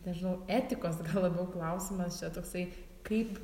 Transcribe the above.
nežinau etikos labiau klausimas čia toksai kaip